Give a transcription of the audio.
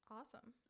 Awesome